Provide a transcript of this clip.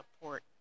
support